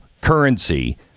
currency